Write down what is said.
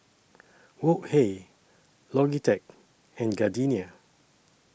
Wok Hey Logitech and Gardenia